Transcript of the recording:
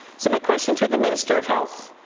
so my question to the minister of health.